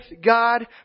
God